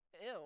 ew